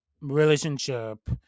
relationship